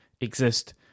exist